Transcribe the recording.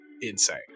insane